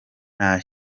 nta